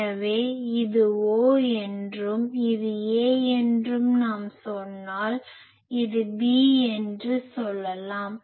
எனவே இது O என்றும் இது A என்றும் நாம் சொன்னால் இது B என்று சொல்லலாம்